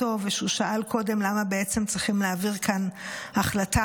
שאל קודם למה צריכים להעביר כאן החלטה